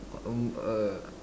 um uh